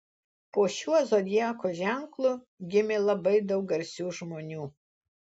po šiuo zodiako ženklu gimė labai daug garsių žmonių